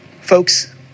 Folks